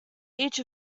each